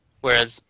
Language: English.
Whereas